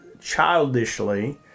childishly